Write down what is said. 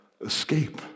Escape